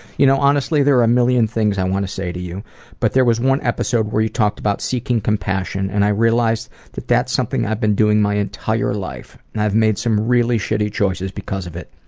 you know, honestly there are a million things i want to say to you but there was one episode where you talked about seeking compassion and i realized that that's something i've been doing my entire life and i've made some really shitty choices because of it.